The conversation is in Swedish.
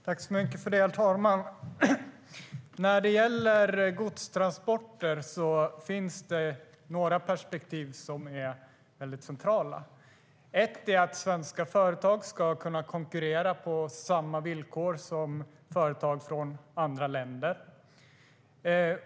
Herr talman! När det gäller godstransporter är det några perspektiv som är mycket centrala. En aspekt är att svenska företag ska kunna konkurrera på samma villkor som företag från andra länder.